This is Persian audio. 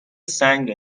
سنگ